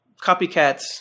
copycats